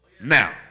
now